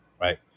right